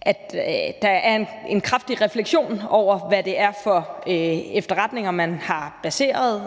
at der er en kraftig refleksion over, hvad det er for efterretninger, man har baseret